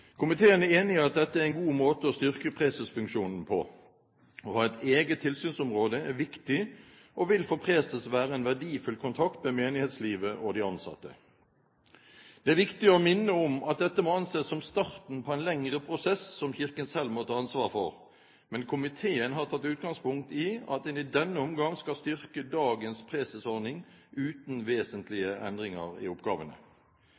Komiteen er enig i at dette er en god måte å styrke presesfunksjonen på. Å ha et eget tilsynsområde er viktig og vil for preses være en verdifull kontakt med menighetslivet og de ansatte. Det er viktig å minne om at dette må anses som starten på en lengre prosess som Kirken selv må ta ansvar for, men komiteen har tatt utgangspunkt i at en i denne omgang skal styrke dagens presesordning uten vesentlige endringer i oppgavene.